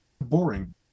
boring